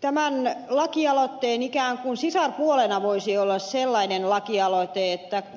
tämän lakialoitteen ikään kuin sisarpuolena voisi olla sellainen lakialoite